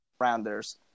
rounders